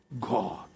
god